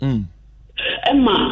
Emma